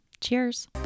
Cheers